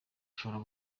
ashobora